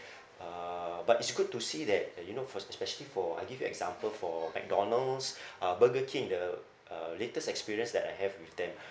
uh but it's good to see that uh you know for especially for I give you example for McDonald's uh Burger King the uh latest experience that I have with them